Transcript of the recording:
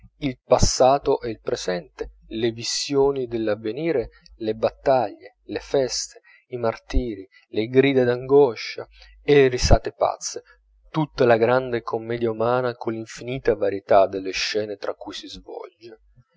il passato e il presente le visioni dell'avvenire le battaglie le feste i martirii le grida d'angoscia e le risate pazze tutta la grande commedia umana con l'infinita varietà delle scene tra cui si svolge